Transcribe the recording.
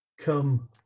come